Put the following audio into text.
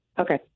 Okay